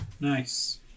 Nice